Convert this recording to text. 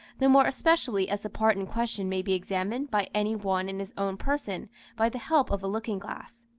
the more especially as the part in question may be examined by any one in his own person by the help of a looking-glass.